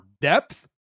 depth